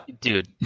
Dude